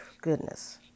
Goodness